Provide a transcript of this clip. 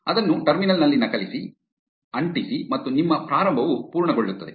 ಅದನ್ನು ಟರ್ಮಿನಲ್ ನಲ್ಲಿ ನಕಲಿಸಿ ಅಂಟಿಸಿ ಮತ್ತು ನಿಮ್ಮ ಪ್ರಾರಂಭವು ಪೂರ್ಣಗೊಳ್ಳುತ್ತದೆ